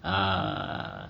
a'ah